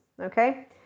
okay